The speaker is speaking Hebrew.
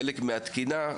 חלק מהתקינה,